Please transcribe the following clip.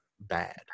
bad